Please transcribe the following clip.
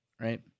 Right